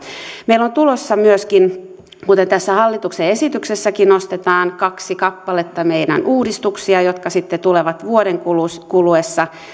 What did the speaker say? meillä on tulossa myöskin kuten tässä hallituksen esityksessäkin nostetaan kaksi kappaletta meidän uudistuksia jotka sitten tulevat vuoden kuluessa kuluessa